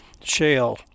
shale